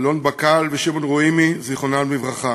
אלון בקל ושמעון רוימי, זיכרונם לברכה.